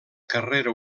carrera